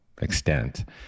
extent